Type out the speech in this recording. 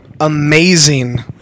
amazing